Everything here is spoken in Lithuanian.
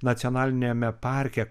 nacionaliniame parke